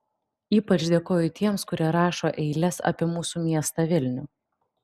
ypač dėkoju tiems kurie rašo eiles apie mūsų miestą vilnių